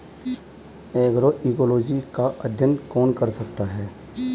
Agroecology का अध्ययन कौन कौन कर सकता है?